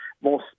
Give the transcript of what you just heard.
more